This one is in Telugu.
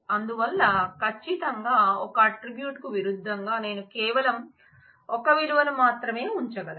అందువల్ల ఖచ్చితంగా ఒక ఆట్రిబ్యూట్ కు విరుద్ధంగా నేను కేవలం ఒక విలువను మాత్రమే ఉంచగలను